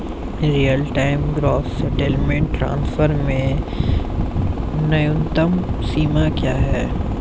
Real time gross settlement transfer में न्यूनतम सीमा क्या है?